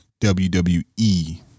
WWE